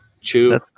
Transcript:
Chew